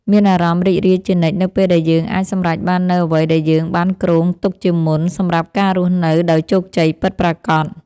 មានអារម្មណ៍រីករាយជានិច្ចនៅពេលដែលយើងអាចសម្រេចបាននូវអ្វីដែលយើងបានគ្រោងទុកជាមុនសម្រាប់ការរស់នៅដោយជោគជ័យពិតប្រាកដ។